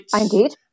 Indeed